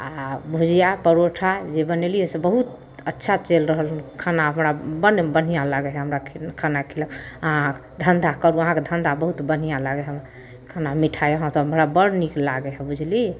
आओर भुजिआ परौठा जे बनेलिए से बहुत अच्छा चलि रहल हइ खाना हमरा बड़ बढ़िआँ लागै हइ हमरा खाना खिला अहाँ धन्धा करू अहाँके धन्धा बहुत बढ़िआँ लागै हइ खाना मिठाइ अहाँसँ हमरा बड़ नीक लागै हइ बुझलिए